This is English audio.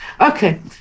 okay